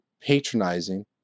patronizing